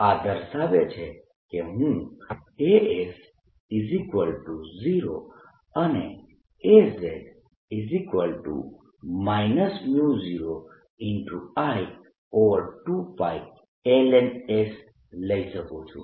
આ દર્શાવે છે કે હું As0 અને Az 0I2π ln s લઈ શકું છું